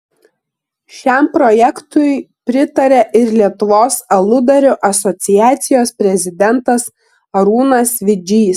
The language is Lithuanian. šiam projektui pritaria ir lietuvos aludarių asociacijos prezidentas arūnas vidžys